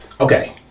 okay